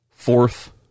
fourth